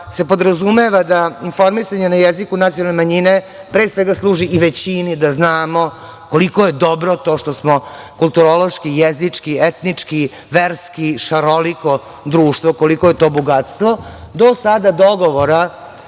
se podrazumeva da informisanje na jeziku nacionalne manjine pre svega služi i većini da znamo koliko je dobro što smo kulturološki, jezički, etnički, verski šaroliko društvo, koliko je to bogatstvo. Do sada dogovora